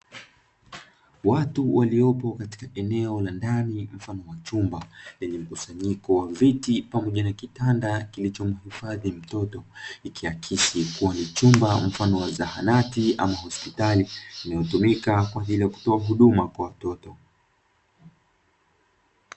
Watu waliopo katika eneo la ndani mfano wa wachumba, lenye mkusanyiko wa viti pamoja na kitanda kilichomhifadhi mtoto, ikiakisi kuwa ni chumba mfano wa zahanati ama hospitali inayotumika kwa ajili ya kutoa huduma kwa mtoto.